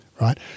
right